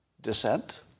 dissent